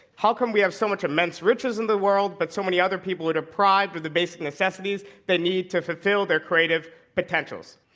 how come we have so much immense riches in the world, but so many other people are deprived of the basic necessities that need to fulfill their creative potentials?